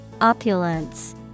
Opulence